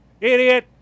Idiot